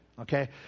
okay